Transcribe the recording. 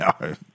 No